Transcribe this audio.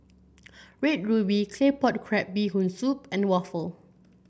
Red Ruby Claypot Crab Bee Hoon Soup and waffle